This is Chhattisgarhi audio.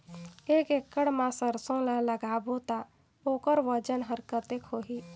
एक एकड़ मा सरसो ला लगाबो ता ओकर वजन हर कते होही?